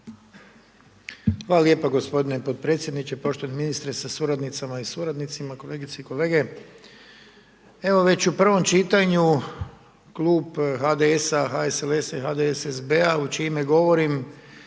Hvala lijepa gospodine podpredsjedniče, poštovani ministre sa suradnicama i suradnicima, kolegice i kolege. Evo već u prvom čitanju, Klub HDS-a, HSLS-a i HDSSB-a, u čije ime govorim,